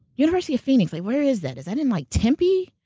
university of phoenix, where is that? is that in like tempe?